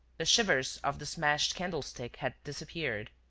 the shivers of the smashed candlestick had disappeared.